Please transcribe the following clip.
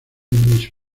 miss